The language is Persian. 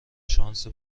شانس